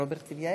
רוברט טיבייב?